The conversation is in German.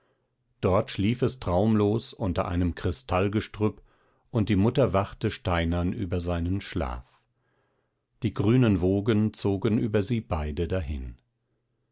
dort schlief es traumlos unter einem kristallgestrüpp und die mutter wachte steinern über seinen schlaf die grünen wogen zogen über sie beide dahin